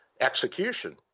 execution